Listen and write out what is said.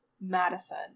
Madison